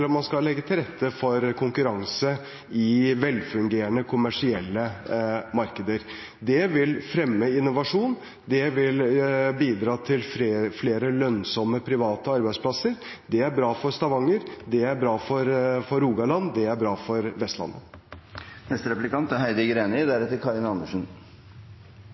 om man skal fremme offentlig monopolmakt, eller om man skal legge til rette for konkurranse i velfungerende kommersielle markeder. Det vil fremme innovasjon, det vil bidra til flere lønnsomme private arbeidsplasser – det er bra for Stavanger, det er bra for Rogaland, det er bra for